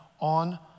on